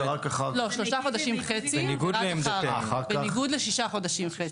שלושה חודשים חצי, בניגוד לשישה חודשים חצי.